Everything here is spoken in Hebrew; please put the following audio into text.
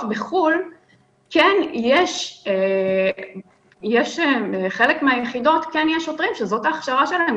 בחו"ל בחלק מן היחידות כן יש שוטרים שזאת ההכשרה שלהם,